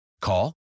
Call